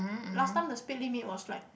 last time the speed limit was like